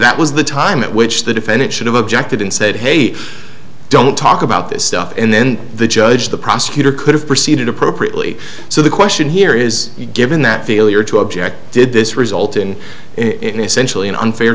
that was the time at which the defendant should have objected and said hey don't talk about this stuff and then the judge the prosecutor could have proceeded appropriately so the question here is given that failure to object did this result in